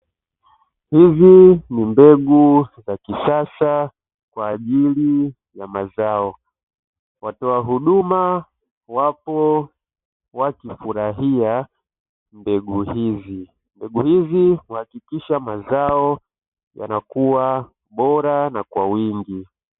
Hizi ni mbegu za kisasa kwa ajili ya mazao watoa huduma wapo wakifurahia mbegu hizi. Mbegu hizi huhakikisha mazao yanakuwa bora na kwa wingi.